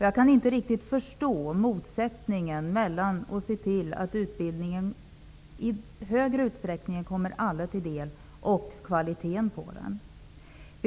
Jag kan inte riktigt förstå motsättningen mellan att se till att den högre utbildningen i större utsträckning kommer alla till del och kvaliteten i den.